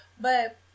But-